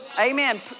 Amen